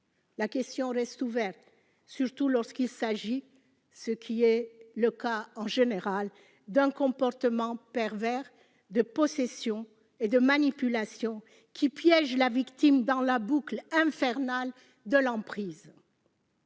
La question reste ouverte, surtout lorsqu'il s'agit, ce qui est généralement le cas, d'un comportement pervers de possession et de manipulation, qui piège la victime dans la boucle infernale de l'emprise.